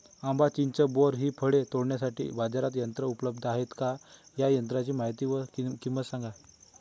आंबा, चिंच, बोर हि फळे तोडण्यासाठी बाजारात यंत्र उपलब्ध आहेत का? या यंत्रांची माहिती व किंमत सांगा?